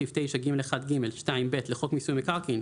סעיף 19(ג1ג)(2)(ב) לחוק מיסוי מקרקעין,